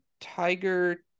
tiger